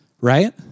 right